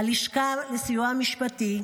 ללשכה לסיוע משפטי.